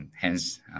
Hence